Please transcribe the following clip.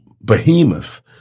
behemoth